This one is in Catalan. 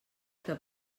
que